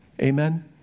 Amen